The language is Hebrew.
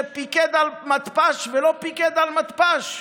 שפיקד על מתפ"ש ולא פיקד על מתפ"ש?